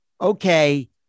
okay